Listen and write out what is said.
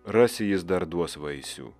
rasi jis dar duos vaisių